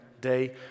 day